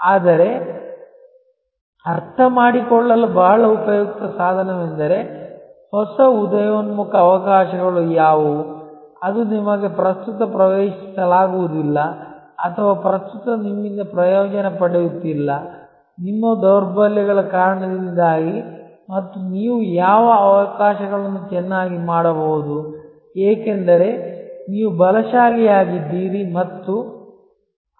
ಆದರೆ ಅರ್ಥಮಾಡಿಕೊಳ್ಳಲು ಬಹಳ ಉಪಯುಕ್ತ ಸಾಧನವೆಂದರೆ ಹೊಸ ಉದಯೋನ್ಮುಖ ಅವಕಾಶಗಳು ಯಾವುವು ಅದು ನಿಮಗೆ ಪ್ರಸ್ತುತ ಪ್ರವೇಶಿಸಲಾಗುವುದಿಲ್ಲ ಅಥವಾ ಪ್ರಸ್ತುತ ನಿಮ್ಮಿಂದ ಪ್ರಯೋಜನ ಪಡೆಯುತ್ತಿಲ್ಲ ನಿಮ್ಮ ದೌರ್ಬಲ್ಯಗಳ ಕಾರಣದಿಂದಾಗಿ ಮತ್ತು ನೀವು ಯಾವ ಅವಕಾಶಗಳನ್ನು ಚೆನ್ನಾಗಿ ಮಾಡಬಹುದು ಏಕೆಂದರೆ ನೀವು ಬಲಶಾಲಿಯಾಗಿದ್ದೀರಿ ಆ